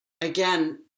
again